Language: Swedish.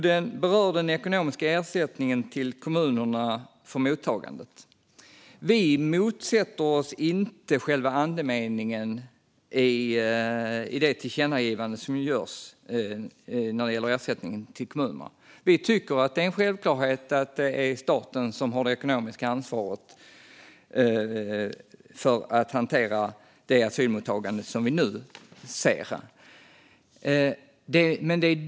Den berör den ekonomiska ersättningen till kommunerna för mottagandet. Vi motsätter oss inte själva andemeningen i det tillkännagivande som föreslås när det gäller ersättningen till kommunerna. Vi tycker att det är en självklarhet att det är staten som har det ekonomiska ansvaret för att hantera det asylmottagande som vi nu ser.